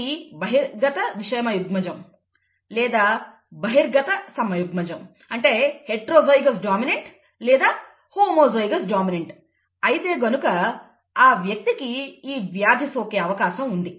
ఇది బహిర్గత విషమయుగ్మజం లేదా బహిర్గత సమయుగ్మజం అయితే గనుక ఆ వ్యక్తికి ఈ వ్యాధి సోకే అవకాశం ఉంది